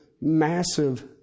massive